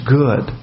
good